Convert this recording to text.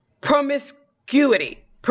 promiscuity